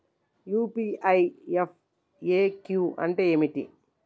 UPI FAQ అంటే ఏమిటి?